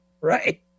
Right